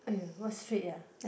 !aiya! what street uh